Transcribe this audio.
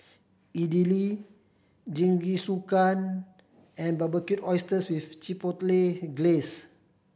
Idili Jingisukan and Barbecued Oysters with Chipotle Glaze